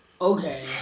okay